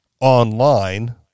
online